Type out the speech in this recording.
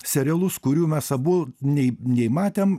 serialus kurių mes abu nei nei matėm